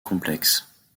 complexe